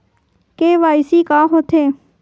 KYC का होथे?